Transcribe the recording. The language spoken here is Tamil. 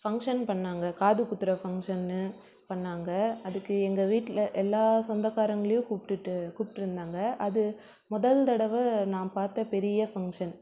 ஃபங்க்ஷன் பண்ணாங்க காது குத்துகிற ஃபங்க்ஷன்னு பண்ணாங்க அதுக்கு எங்கள் வீட்டில எல்லா சொந்தக்காரங்களையும் கூப்பிடுட்டு கூப்பிட்டு இருந்தாங்க அது முதல் தடவை நான் பார்த்த பெரிய ஃபங்க்ஷன்